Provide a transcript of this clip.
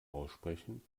aussprechen